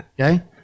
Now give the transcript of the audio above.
okay